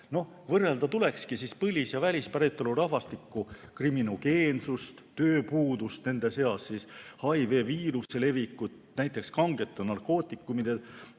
Võrrelda tulekski põlis‑ ja välispäritolu rahvastiku kriminogeensust, tööpuudust, nende seas HI‑viiruse levikut, kangete narkootikumide